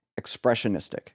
expressionistic